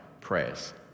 prayers